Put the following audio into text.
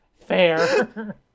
Fair